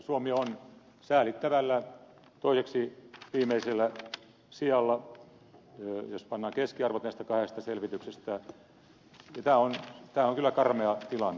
suomi on säälittävällä toiseksi viimeisellä sijalla jos pannaan keskiarvot näistä kahdesta selvityksestä ja tämä on kyllä karmea tilanne